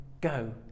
go